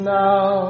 now